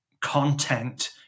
content